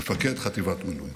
מפקד חטיבת מילואים.